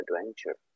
adventure